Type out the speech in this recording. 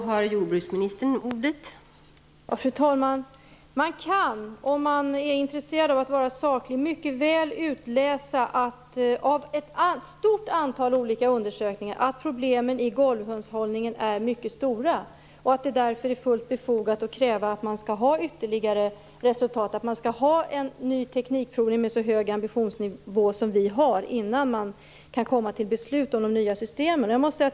Fru talman! Man kan, om man är intresserad av att vara saklig, av ett stort antal undersökningar utläsa att problemen i golvhönshållningen är mycket stora. Därför är det fullt befogat att kräva ytterligare resultat och en ny teknikprovning med en så hög ambitionsnivå som vi har innan man kan fatta beslut om de nya systemen.